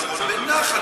פוקד, אבל לא יום-יום.